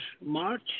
March